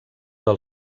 del